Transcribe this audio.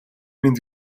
мэнд